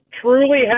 truly